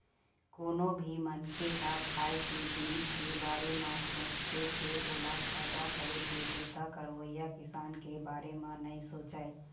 कोनो भी मनखे ह खाए के जिनिस के बारे म सोचथे फेर ओला फायदा करे के बूता करइया किसान के बारे म नइ सोचय